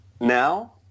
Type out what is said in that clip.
Now